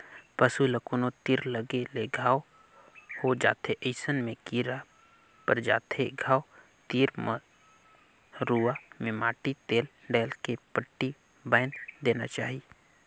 पसू ल कोनो तीर लगे ले घांव हो जाथे अइसन में कीरा पर जाथे घाव तीर म त रुआ में माटी तेल डायल के पट्टी बायन्ध देना चाही